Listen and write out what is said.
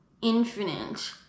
infinite